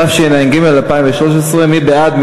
התשע"ג 2013. מי בעד?